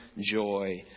joy